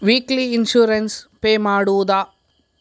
Weekly insurance pay ಮಾಡುವುದ?